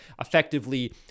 effectively